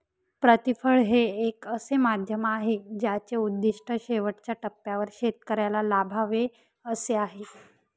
प्रतिफळ हे एक असे माध्यम आहे ज्याचे उद्दिष्ट शेवटच्या टप्प्यावर शेतकऱ्याला लाभावे असे आहे